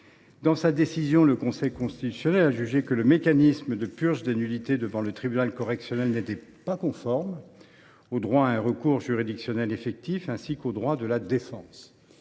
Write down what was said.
Dans sa décision, le Conseil constitutionnel a jugé que le mécanisme de purge des nullités devant le tribunal correctionnel n’était pas conforme au droit à un recours juridictionnel effectif, ainsi qu’aux droits de la défense.